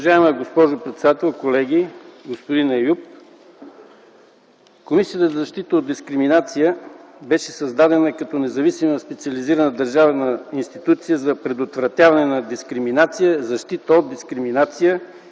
Уважаема госпожо председател, колеги, господин Еюп! Комисията за защита от дискриминация беше създадена като независима специализирана държавна институция за предотвратяване на дискриминация,